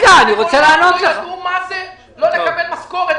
הפקידים לא יודעים מה זה לא לקבל משכורת,